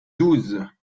douze